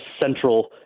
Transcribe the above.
central